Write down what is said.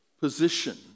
position